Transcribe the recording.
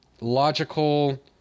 logical